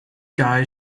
guy